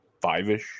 five-ish